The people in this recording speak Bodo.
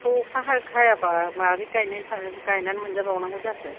दाथ' अखा हायाबा मारै गायनानै मोनजाबावनांगौ जाखो